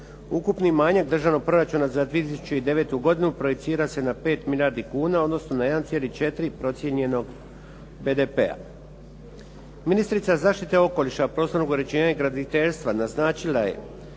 Ukupni manjak državnog proračuna za 2009. godinu projicira se na 5 milijardi kuna, odnosno 1,4 procijenjeno BDP-a. Ministrica zaštite okoliša prostornog uređenja i graditeljstva naznačila je